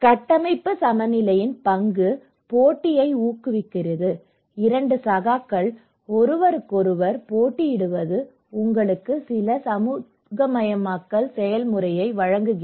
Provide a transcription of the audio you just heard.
கட்டமைப்பு சமநிலையின் பங்கு போட்டியை ஊக்குவிக்கிறது இரண்டு சகாக்கள் ஒருவருக்கொருவர் போட்டியிடுவது உங்களுக்கு சில சமூகமயமாக்கல் செயல்முறையை வழங்குகிறது